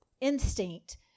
instinct